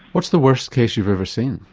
what's the worst case you've ever seen?